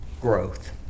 growth